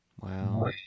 Wow